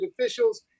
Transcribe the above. officials